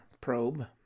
probe